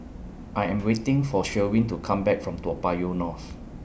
I Am waiting For Sherwin to Come Back from Toa Payoh North